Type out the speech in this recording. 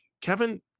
Kevin